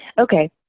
Okay